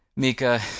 Mika